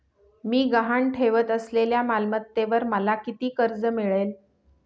मी गहाण ठेवत असलेल्या मालमत्तेवर मला किती कर्ज मिळेल?